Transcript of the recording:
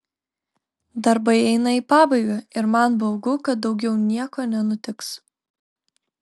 darbai eina į pabaigą ir man baugu kad daugiau nieko nenutiks